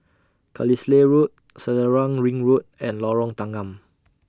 Carlisle Road Selarang Ring Road and Lorong Tanggam